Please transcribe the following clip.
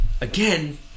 again